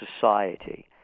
society